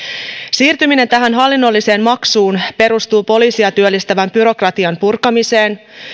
siirtyminen tähän hallinnolliseen maksuun perustuu poliisia työllistävän byrokratian purkamiseen